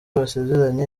basezeranye